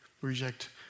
reject